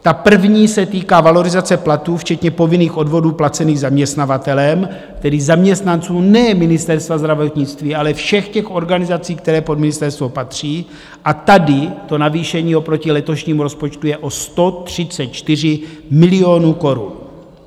Ta první se týká valorizace platů včetně povinných odvodů placených zaměstnavatelem, tedy zaměstnanců ne Ministerstva zdravotnictví, ale všech organizací, které pod ministerstvo patří, a tady navýšení oproti letošnímu rozpočtu je o 134 milionů korun.